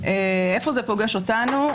איפה זה פוגש אותנו?